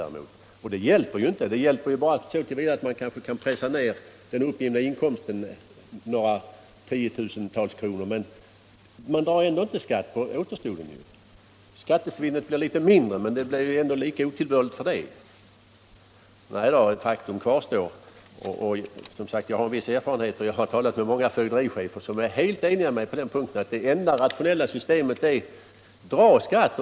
Och det systemet hjälper inte heller mycket. Man kanske på det sättet kan pressa ned den uppgivna inkomsten med några tiotusental kronor, men man drar ju ändå inte skatt på återstoden. Skattesvinnet blir litet mindre, men det hela blir ändå lika otillbörligt. Faktum kvarstår. Jag har som sagt en viss erfarenhet av detta, och jag har talat med många fögderichefer, som är helt eniga med mig om att det enda rationella systemet är att dra skatt.